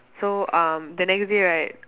so um the next day right